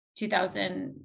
2000